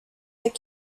that